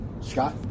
Scott